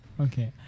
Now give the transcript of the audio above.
Okay